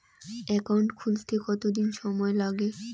Account খুলতে কতদিন সময় লাগে?